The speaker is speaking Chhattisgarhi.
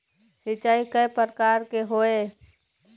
सिचाई कय प्रकार के होये?